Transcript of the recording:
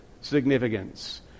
significance